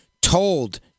told